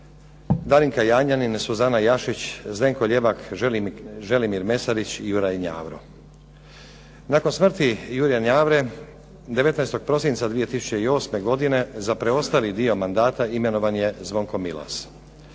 Darinka Janjanin, Suzana Jašić, Zdenko Ljevak, Želimir Mesarić i Juraj Njavro. Nakon smrti Jure Njavre 19. prosinca 2008. godine za preostali dio mandata imenovan je Zvonko Milas.